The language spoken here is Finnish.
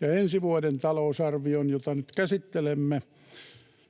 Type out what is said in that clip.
Ja ensi vuoden talousarviossa, jota nyt käsittelemme,